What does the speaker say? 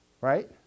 Right